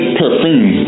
perfume